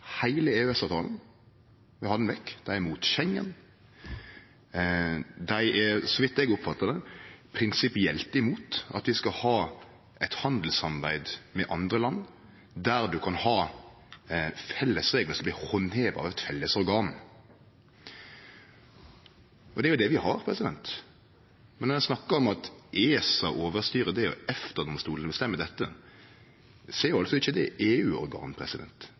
Dei er – slik eg oppfattar det – prinsipielt imot at vi skal ha eit handelssamarbeid med andre land, der du kan ha felles reglar som blir handheva av eit felles organ – og det er jo det vi har. Men når ein snakkar om at ESA «overstyrer» det, og at EFTA-domstolen «bestemmer» dette, så er altså ikkje